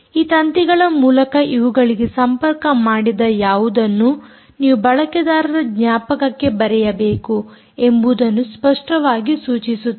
ಈ ತಂತಿಗಳ ಮೂಲಕ ಇವುಗಳಿಗೆ ಸಂಪರ್ಕ ಮಾಡಿದ ಯಾವುದನ್ನೂ ನೀವು ಬಳಕೆದಾರರ ಜ್ಞಾಪಕಕ್ಕೆ ಬರೆಯಬೇಕು ಎಂಬುದನ್ನು ಸ್ಪಷ್ಟವಾಗಿ ಸೂಚಿಸುತ್ತದೆ